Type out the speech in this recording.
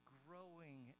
growing